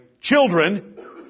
Children